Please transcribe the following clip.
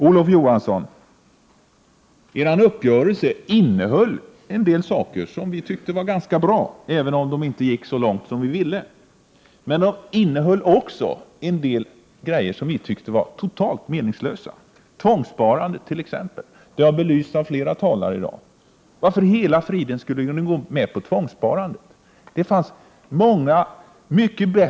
Olof Johansson! Er uppgörelse innehöll en del förslag som vi tyckte var ganska bra, även om de inte gick så långt som vi ville, men den innehöll också en del som vi tyckte var totalt meningslösa — t.ex. tvångssparande; det har belysts av flera talare i dag. Varför i hela friden skulle ni gå med på ett tvångssparande? Det fanns många mycket bättre, miljörelaterade avgifter Prot.